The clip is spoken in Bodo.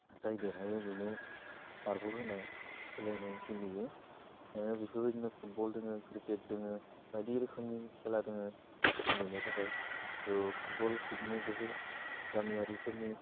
जाय देरहायो बेनो मार्बल होनो होलायनाइ गेलेयो बेफोरबायदिनो फुटबल दोङो क्रिकेट दोङो बायदि रोखोमनि खेला दोङो गेलेनो थाखाइ थह फुटबल बिदिनो जोबोर गामियारिफोरनि